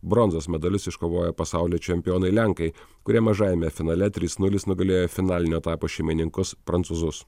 bronzos medalius iškovojo pasaulio čempionai lenkai kurie mažajame finale trys nulis nugalėjo finalinio etapo šeimininkus prancūzus